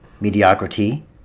mediocrity